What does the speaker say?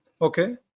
Okay